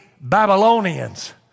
Babylonians